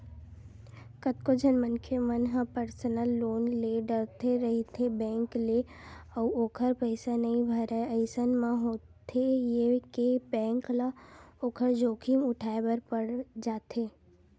कतको झन मनखे मन ह पर्सनल लोन ले डरथे रहिथे बेंक ले अउ ओखर पइसा नइ भरय अइसन म होथे ये के बेंक ल ओखर जोखिम उठाय बर पड़ जाथे